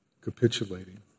capitulating